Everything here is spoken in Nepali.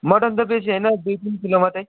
मटन त बेसी होइन दुई तिन किलो मात्रै